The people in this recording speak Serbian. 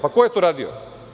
Pa, ko je to radio?